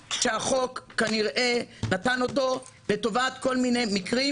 החוק נתן את הסעיף הזה לטובת כל מיני מקרים,